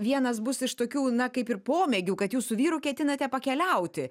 vienas bus iš tokių na kaip ir pomėgių kad jūs su vyru ketinate pakeliauti